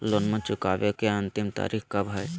लोनमा चुकबे के अंतिम तारीख कब हय?